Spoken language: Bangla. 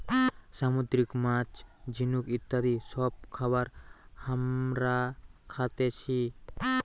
সামুদ্রিক মাছ, ঝিনুক ইত্যাদি সব খাবার হামরা খাতেছি